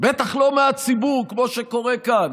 בטח לא מהציבור, כמו שקורה כאן.